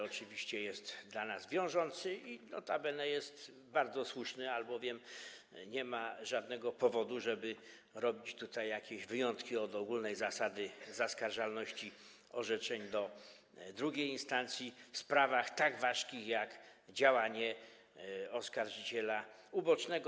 Oczywiście jest to dla nas wyrok wiążący i notabene jest on bardzo słuszny, albowiem nie ma żadnego powodu, żeby robić wyjątki od ogólnej zasady zaskarżalności orzeczeń do drugiej instancji w sprawach tak ważkich, jak działanie oskarżyciela ubocznego.